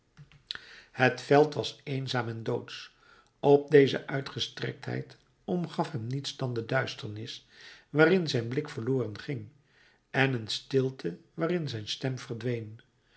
het veld was eenzaam en doodsch op deze uitgestrektheid omgaf hem niets dan de duisternis waarin zijn blik verloren ging en een stilte waarin zijn stem verdween